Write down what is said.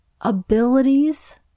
abilities